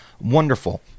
wonderful